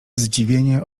zdziwienie